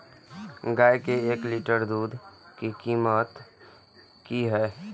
गाय के एक लीटर दूध के कीमत की हय?